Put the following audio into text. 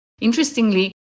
Interestingly